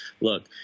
Look